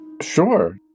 Sure